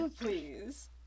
Please